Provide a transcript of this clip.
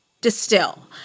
distill